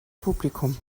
publikum